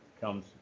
comes